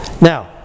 Now